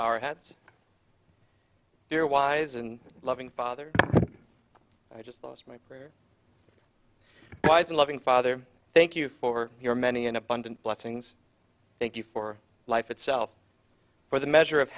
our hats their wise and loving father i just lost my prayer wise a loving father thank you for your many an abundant blessings thank you for life itself for the measure of